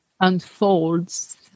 unfolds